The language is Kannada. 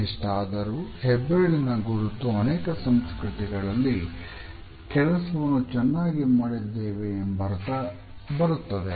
ಇಷ್ಟಾದರೂ ಹೆಬ್ಬೆರಳಿನ ಗುರುತು ಅನೇಕ ಸಂಸ್ಕೃತಿಗಳಲ್ಲಿ ಕೆಲಸವನ್ನು ಚೆನ್ನಾಗಿ ಮಾಡಿದ್ದೇವೆ ಎಂಬರ್ಥ ಬರುತ್ತದೆ